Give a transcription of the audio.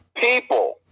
people